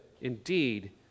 indeed